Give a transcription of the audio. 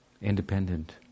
independent